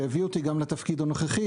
שהביא אותי גם לתפקיד הנוכחי,